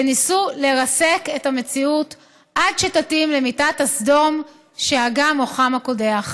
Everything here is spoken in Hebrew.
וניסו לרסק את המציאות עד שתתאים למיטת הסדום שהגה מוחם הקודח.